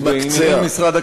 מתמקצע.